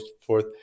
forth